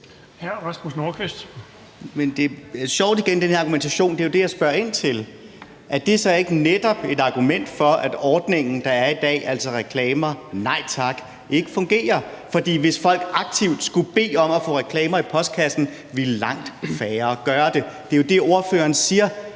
det er sjovt med den her argumentation igen. Det er jo den, jeg spørger ind til. Er det så ikke netop et argument for, at ordningen, der er i dag – altså Reklamer Nej Tak – ikke fungerer? For hvis folk aktivt skulle bede om at få reklamer i postkassen, ville langt færre gøre det. Det er jo det, ordføreren siger.